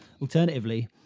Alternatively